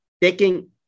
taking